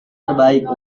terbaik